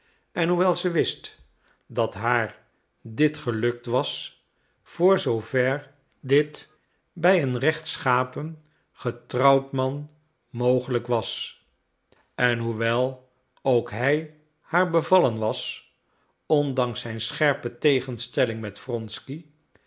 en hoewel ze wist dat haar dit gelukt was voor zoover dit bij een rechtschapen getrouwd man mogelijk was en hoewel ook hij haar bevallen was ondanks zijn scherpe tegenstelling met wronsky